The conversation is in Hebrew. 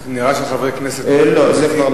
אתה רוצה לחתום את זה בזמן?